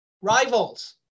rivals